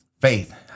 Faith